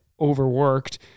overworked